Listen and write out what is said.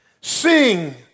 sing